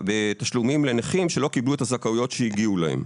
בתשלומים לנכים שלא קיבלו את הזכאויות שהגיעו להם.